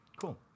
Cool